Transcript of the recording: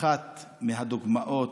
אחת הדוגמאות.